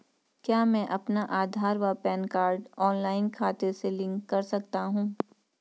क्या मैं अपना आधार व पैन कार्ड ऑनलाइन खाते से लिंक कर सकता हूँ?